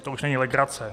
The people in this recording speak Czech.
To už není legrace.